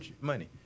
money